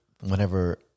Whenever